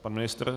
Pan ministr?